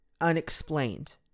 unexplained